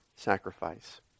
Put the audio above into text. sacrifice